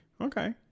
Okay